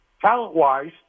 talent-wise